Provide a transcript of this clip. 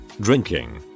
drinking